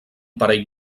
parell